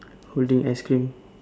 holding ice cream